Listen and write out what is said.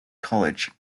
college